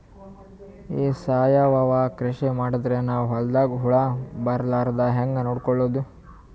ಈ ಸಾವಯವ ಕೃಷಿ ಮಾಡದ್ರ ನಮ್ ಹೊಲ್ದಾಗ ಹುಳ ಬರಲಾರದ ಹಂಗ್ ನೋಡಿಕೊಳ್ಳುವುದ?